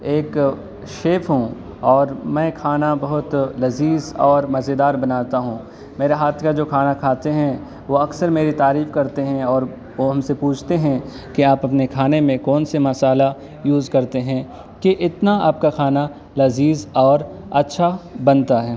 ایک شیف ہوں اور میں کھانا بہت لذیذ اور مزیدار بناتا ہوں میرے ہاتھ کا جو کھانا کھاتے ہیں وہ اکثر میری تعریف کرتے ہیں اور اور وہ ہم سے پوچھتے ہیں کہ آپ اپنے کھانے میں کون سے مصالح یوز کرتے ہیں کہ اتنا آپ کا کھانا لذیذ اور اچھا بنتا ہے